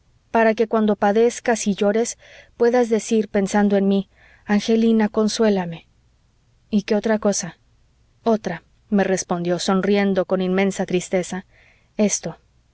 para que cuando padezcas y llores puedas decir pensando en mí angelina consuélame y qué otra cosa otra me respondió sonriendo con inmensa tristeza esto